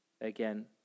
again